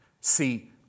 See